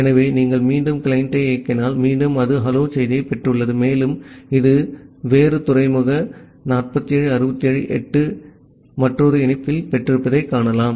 ஆகவே நீங்கள் மீண்டும் கிளையண்டை இயக்கினால் மீண்டும் அது ஹலோ செய்தியைப் பெற்றுள்ளது மேலும் இது வேறு போர்ட் 47678 இல் மற்றொரு இணைப்பைப் பெற்றிருப்பதைக் காணலாம்